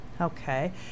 okay